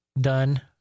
done